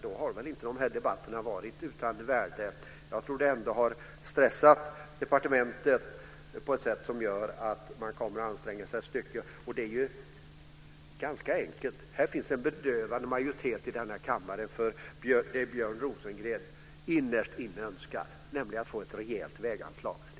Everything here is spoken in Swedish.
Då har väl debatterna inte varit utan värde. De har stressat departementet så att man kommer att anstränga sig ett stycke. Det är ganska enkelt: Här finns en bedövande majoritet i denna kammare för det Björn Rosengren innerst inne önskar, nämligen att få ett rejält väganslag.